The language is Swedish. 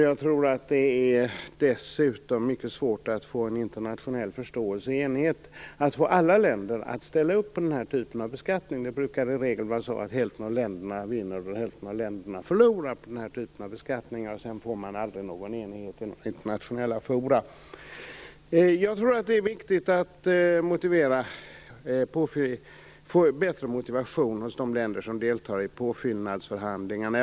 Jag tror dessutom att det är mycket svårt att få en internationell förståelse och enighet, att få alla länder att ställa upp på den här typen av beskattning. Det brukar i regel vara så att hälften av länderna vinner och hälften av länderna förlorar på den här typen av beskattningar. Sedan får man aldrig någon enighet i internationella fora. Jag tror att det är viktigt att få bättre motivation hos de länder som deltar i påfyllnadsförhandlingarna.